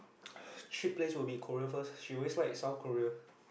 cheap place will be Korea first she always like South-Korea